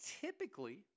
typically